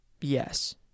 Yes